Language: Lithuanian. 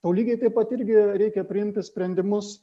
o lygiai taip pat irgi reikia priimti sprendimus